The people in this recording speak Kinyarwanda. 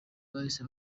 bahise